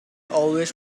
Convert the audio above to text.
always